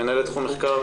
מנהלת תחום מחקר